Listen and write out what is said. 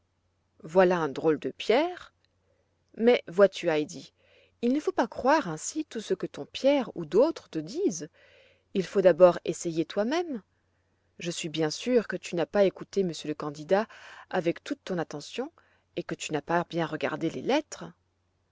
voilà un drôle de pierre mais vois-tu heidi il ne faut pas croire ainsi tout ce que ton pierre ou d'autres te disent il faut d'abord essayer toi-même je suis bien sûre que tu n'as pas écouté monsieur le candidat avec toute ton attention et que tu n'as pas bien regardé les lettres